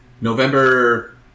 November